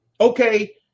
okay